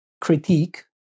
critique